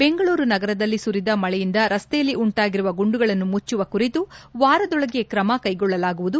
ಬೆಂಗಳೂರು ನಗರದಲ್ಲಿ ಸುರಿದ ಮಳೆಯಿಂದ ರಸ್ತೆಯಲ್ಲಿ ಉಂಟಾಗಿರುವ ಗುಂಡಿಗಳನ್ನು ಮುಚ್ಚಿಸುವ ಕುರಿತು ವಾರದೊಳಗೆ ತ್ರಮ ಕೈಗೊಳ್ಳಲಾಗುವುದು